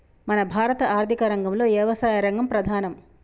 మన భారత ఆర్థిక రంగంలో యవసాయ రంగం ప్రధానం